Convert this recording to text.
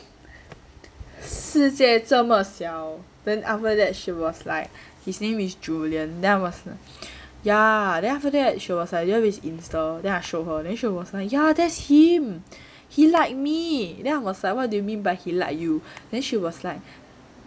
世界这么小 then after that she was like his name is julian then I was like ya then after that she was like do you have his insta then I show her then she was like yeah that's him he liked me then I was like what do you mean by he like you then she was like